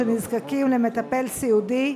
שנזקקים למטפל סיעודי.